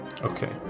Okay